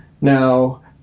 Now